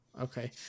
okay